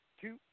two